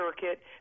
circuit